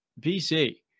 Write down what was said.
BC